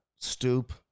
stoop